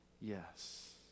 Yes